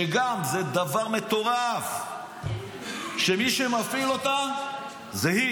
שגם, זה דבר מטורף שמי שמפעיל אותם זה היא.